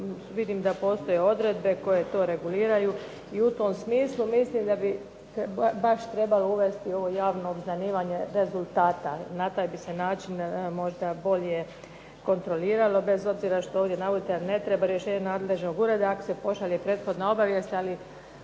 vidim da postoje odredbe koje to reguliraju i u tom smislu mislim da bi baš trebalo uvesti ovo javno obznanivanje rezultata. Na taj bi se način možda bolje kontroliralo bez obzira što ovdje navodite da ne treba rješenje nadležnog ureda ako se pošalje prethodna obavijest. Ali